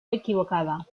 equivocada